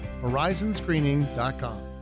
horizonscreening.com